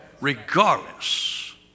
Regardless